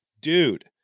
dude